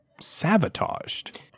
sabotaged